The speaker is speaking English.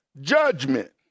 Judgment